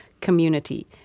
community